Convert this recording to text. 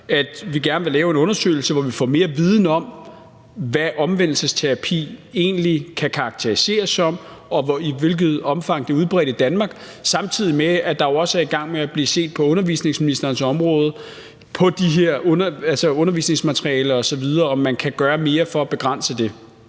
Vi vil gerne lave en undersøgelse, hvor vi får mere viden om, hvad omvendelsesterapi egentlig kan karakteriseres som, og i hvilket omfang det er udbredt i Danmark. Samtidig med det er man på undervisningsministerens område jo også i gang med at se på det her undervisningsmateriale osv., i forhold til om man kan gøre mere for at begrænse det.